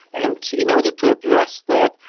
and in order to address that,